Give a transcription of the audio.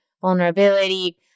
vulnerability